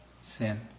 sin